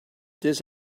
this